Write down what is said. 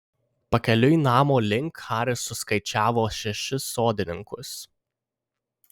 pakeliui namo link haris suskaičiavo šešis sodininkus